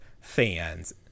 fans